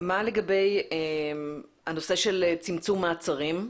מה לגבי הנושא של צמצום מעצרים?